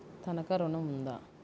తనఖా ఋణం ఉందా?